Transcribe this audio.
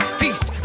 feast